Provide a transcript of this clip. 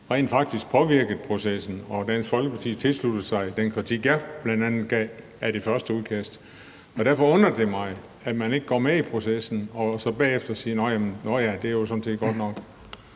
rent faktisk påvirkede processen. Og Dansk Folkeparti tilsluttede sig den kritik, jeg bl.a. gav af det første udkast. Derfor undrer det mig, at man ikke går med i processen og så bagefter siger: Nå ja, det er jo sådan set godt nok.